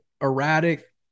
erratic